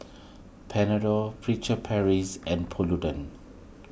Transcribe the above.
Panadol Furtere Paris and Polident